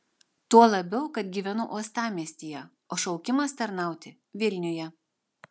tuo labiau kad gyvenu uostamiestyje o šaukimas tarnauti vilniuje